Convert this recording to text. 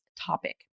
topic